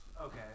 okay